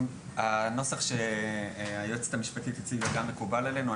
הנוסח שהיועצת המשפטית הציגה גם מקובל עלינו.